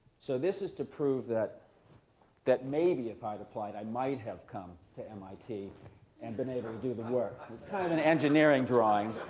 so this is to prove that that maybe if i'd applied, i might have come to mit and been able to do the work. it's kind of an engineering drawing.